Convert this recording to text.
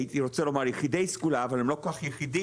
הייתי רוצה לומר יחידי סגולה אבל הם לא כל כך יחידים,